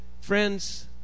Friends